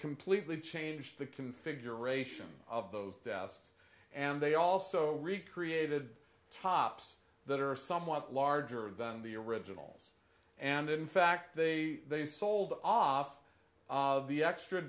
completely changed the configuration of those desks and they also recreated tops that are somewhat larger than the originals and in fact they they sold off of the extra